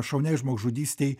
šauniai žmogžudystei